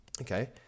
Okay